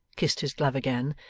kissed his glove again,